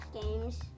games